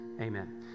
Amen